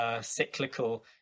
cyclical